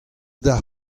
d’ar